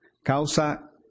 Causa